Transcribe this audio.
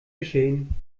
geschehen